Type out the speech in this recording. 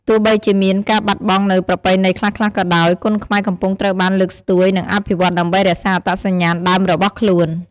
ទោះបីជាមានការបាត់បង់នូវប្រពៃណីខ្លះៗក៏ដោយ គុនខ្មែរកំពុងត្រូវបានលើកស្ទួយ និងអភិវឌ្ឍន៍ដើម្បីរក្សាអត្តសញ្ញាណដើមរបស់ខ្លួន។